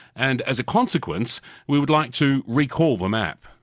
and as a consequence we would like to recall the map.